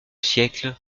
siècle